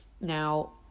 Now